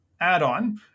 add-on